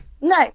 no